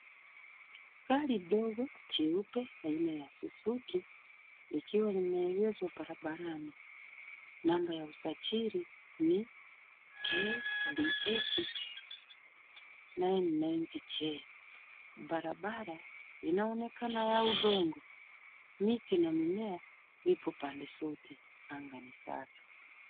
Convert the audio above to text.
Gari ndogo jeupe aina ya Suzuki, likiwa limeegeshwa barabarani. Namba ya usajili ni KDH 990J. Barabara inaonekana ya udongo, miti na mimea ipo pande zote, anga ni safi.